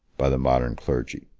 by the modern clergy.